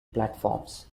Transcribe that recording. platforms